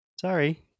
sorry